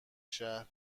شهر